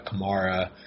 Kamara